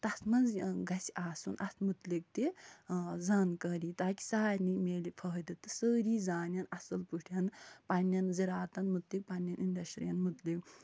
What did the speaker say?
تَتھ منٛز گَژھِ آسُن اَتھ متعلق تہِ زان کٲری تاکہِ سارنی مِلہِ فٲہدٕ تہٕ سٲری زانن اَصٕل پٲٹھۍ پنٛنٮ۪ن زِراتن متعلق پنٛنٮ۪ن اِنڈسٹرٛی یَن متعلق